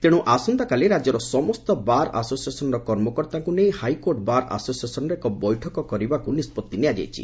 ତେଶୁ ଆସନ୍ତାକାଲି ରାଜ୍ୟର ସମ୍ଠ ବାର ଆସୋସିଲଏସନ୍ର କର୍ମକର୍ତ୍ତାଙ୍କ ନେଇ ହାଇକୋର୍ଟ ବାର ଆସୋସିଏସନ୍ରେ ଏକ ବୈଠକ କରାଯିବାକୁ ନିଷ୍ବଭି ନିଆଯାଇଛି